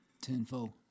Tenfold